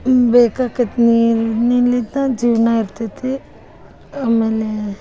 ಹ್ಞೂ ಬೇಕಾಗತ್ ನೀರು ನೀರಿಂದ ಜೀವನ ಇರ್ತೈತಿ ಆಮೇಲೆ